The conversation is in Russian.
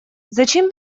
зачем